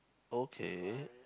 okay